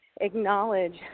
acknowledge